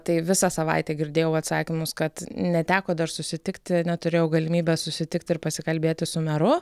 tai visą savaitę girdėjau atsakymus kad neteko dar susitikti neturėjau galimybės susitikti ir pasikalbėti su meru